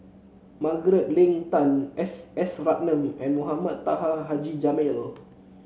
Margaret Leng Tan S S Ratnam and Mohamed Taha Haji Jamil